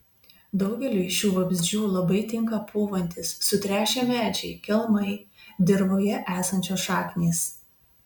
daugeliui šių vabzdžių labai tinka pūvantys sutrešę medžiai kelmai dirvoje esančios šaknys